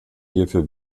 hierfür